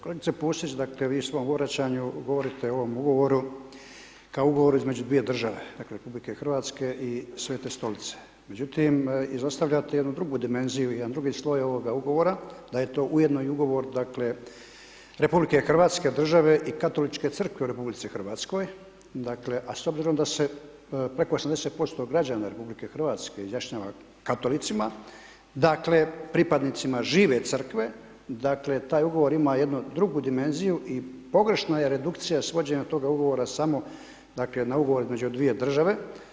Kolegice Pusić, dakle vi u svom obraćanju govorite o ovom ugovoru kao ugovoru između dvije države, dakle RH i Svete Stolice međutim izostavljate jednu drugu dimenziju, jedan drugi sloj ovoga ugovora, da je to ujedno i ugovor dakle RH, države i Katoličke crkve u RH, dakle a s obzirom da se preko 80% građana RH izjašnjava katolicima, dakle pripadnicima žive Crkve, dakle taj ugovor ima jednu drugu dimenziju i pogrešna je redukcija svođenja toga ugovora samo dakle na ugovor između dvije države.